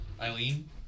Eileen